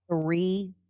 three